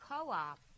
co-op